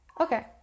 Okay